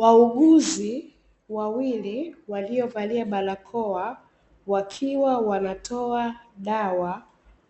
Wauguzi wawili wailo valia barakoa wakiwa wanatoa dawa